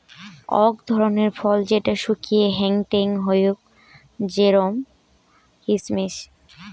অক ধরণের ফল যেটা শুকিয়ে হেংটেং হউক জেরোম কিসমিস